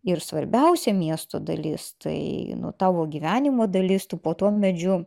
ir svarbiausia miesto dalis tai tavo gyvenimo dalis tu po tuo medžiu